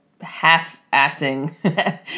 half-assing